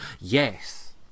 Yes